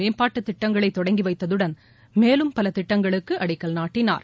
மேம்பாட்டுத் திட்டங்களை தொடங்கி வைத்ததுடன் மேலும் பல திட்டங்களுக்கு அடிக்கல் நாட்டினார்